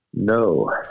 no